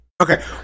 Okay